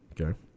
Okay